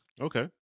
Okay